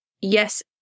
yes